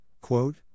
quote